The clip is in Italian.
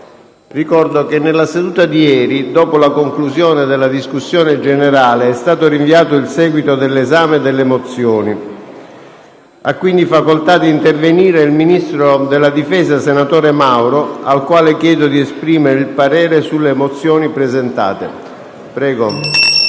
discussione generale. Dopo la conclusione della discussione generale, è stato rinviato il seguito dell'esame delle mozioni. Ha pertanto facoltà di intervenire il ministro della difesa, senatore Mauro, al quale chiedo di esprimere il parere sulle mozioni presentate.